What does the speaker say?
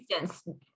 instance